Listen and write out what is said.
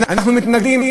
אנחנו מתנגדים.